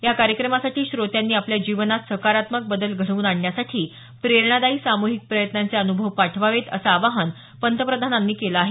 या कार्यक्रमासाठी श्रोत्यांनी आपल्या जीवनात सकारात्मक बदल घडवून आणण्यासाठी प्रेरणादायी सामूहिक प्रयत्नांचे अनुभव पाठवावेत असं आवाहन पंतप्रधानांनी केलं आहे